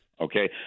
Okay